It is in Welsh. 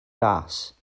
ras